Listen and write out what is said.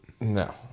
No